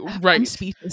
right